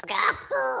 gospel